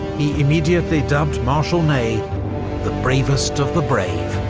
he immediately dubbed marshal ney the bravest of the brave.